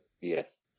Yes